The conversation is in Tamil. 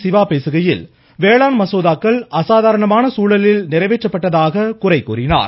சிவா பேசுகையில் வேளாண் மசோதாக்கள் அசாதாரணமான சூழலில் நிறைவேற்றப்பட்டதாக குறை கூறினார்